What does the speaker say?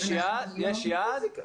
זו הייתה